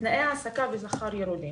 תנאי העסקה ושכר ירודים.